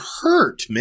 hurt